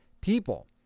people